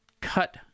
cut